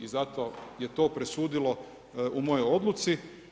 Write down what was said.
I zato je to presudilo u mojoj odluci.